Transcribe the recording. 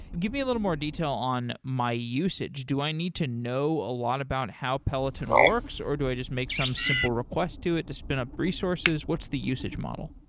give me a little more detail on my usage. do i need to know a lot about how peloton works or do i just make some simple request to it to spin up resources? what's the usage model?